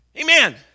Amen